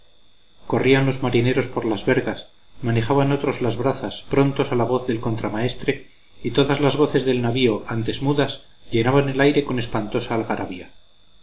corrían los marineros por las vergas manejaban otros las brazas prontos a la voz del contramaestre y todas las voces del navío antes mudas llenaban el aire con espantosa algarabía